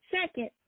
Second